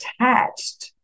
attached